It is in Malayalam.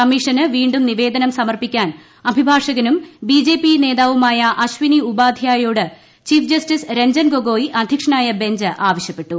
കമ്മീഷന് വീണ്ടും നിവേദനം സമർപ്പിക്കാൻ അഭിഭാഷകനും ബിജെപി നേതാവുമായ അശ്വനി ഉപാധ്യായയോട് ചീഫ് ജസ്റ്റിസ് രഞ്ജൻ ഗൊഗോയ് അധ്യക്ഷനായ ബഞ്ച് ആവശ്യപ്പെട്ടു